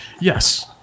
Yes